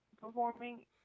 performing